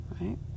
Right